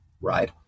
right